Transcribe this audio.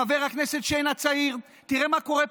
חבר הכנסת שיין הצעיר, תראה מה קורה פה,